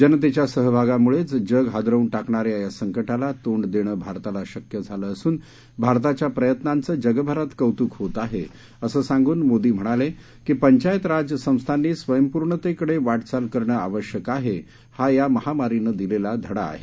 जनतेच्या सहभागामुळेच जग हादरवून टाकणाऱ्या या संकटाला तोंड देणं भारताला शक्य झालं असून भारताच्या प्रयत्नांचं जगभरात कौतुक होत आहे असं सांगून मोदी म्हणाले की पंचायत राज संस्थांनी स्वयंपूर्णतेकडे वाटचाल करणं आवश्यक आहे हा या महामारीनं दिलेला धडा आहे